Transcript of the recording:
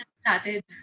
started